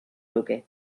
luke